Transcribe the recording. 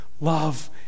love